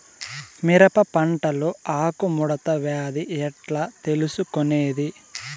మిరప పంటలో ఆకు ముడత వ్యాధి ఎట్లా తెలుసుకొనేది?